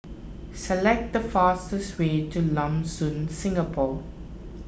select the fastest way to Lam Soon Singapore